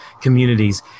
communities